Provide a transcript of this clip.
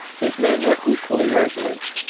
his men were equally resolute.